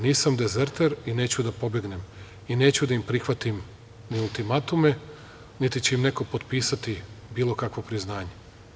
Nisam dezerter i neću da pobegnem i neću da prihvatim ni ultimatume, niti će im neko potpisati bilo kakvo priznanje.